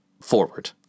forward